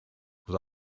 was